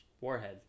warhead